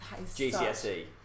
GCSE